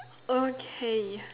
okay